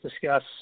discuss